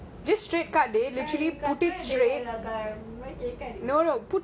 அது கட்ட தெரில அதுலாம் கேக்காதீங்க:athu katta terila athulam keakathinga